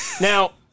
Now